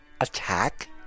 attack